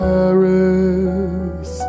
Paris